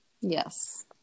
Yes